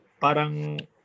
parang